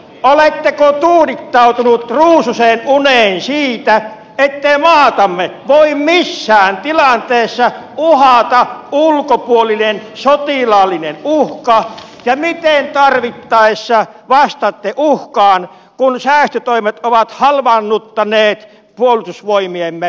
ministeri wallin oletteko tuudittautunut ruususenuneen siitä ettei maatamme voi missään tilanteessa uhata ulkopuolinen sotilaallinen uhka ja miten tarvittaessa vastaatte uhkaan kun säästötoimet ovat halvaannuttaneet puolustusvoimiemme taistelukyvyn